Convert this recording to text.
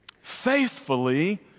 Faithfully